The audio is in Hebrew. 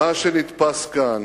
מה שנתפס כאן